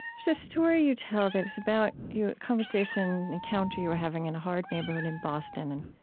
so story you tell that is about your conversation, encounter you were having in a hard neighborhood in boston and